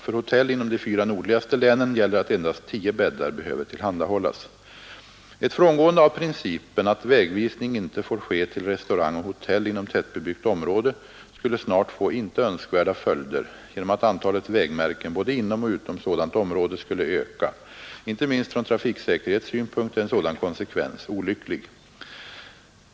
För hotell inom de fyra nordligaste länen gäller att endast tio bäddar behöver tillhandahållas. Ett frångående av principen att vägvisning inte får ske till restaurang och hotell inom tättbebyggt område skulle snart få inte önskvärda följder genom att antalet vägmärken både inom och utom sådant område skulle öka. Inte minst från trafiksäkerhetssynpunkt är en sådan konsekvens olycklig.